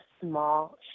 small